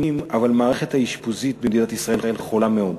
אבל המערכת האשפוזית במדינת ישראל חולה מאוד.